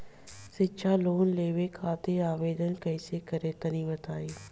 शिक्षा लोन लेवे खातिर आवेदन कइसे करि तनि बताई?